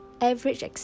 average